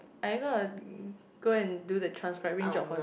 are you gonna go and do the transcribing job for